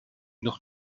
noch